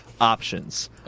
Options